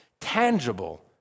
tangible